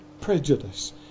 prejudice